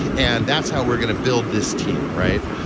and that's how we're going to build this team. right?